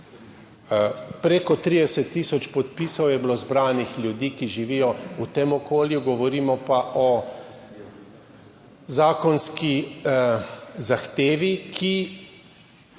prek 30 tisoč podpisov ljudi, ki živijo v tem okolju, govorimo pa o zakonski zahtevi, ki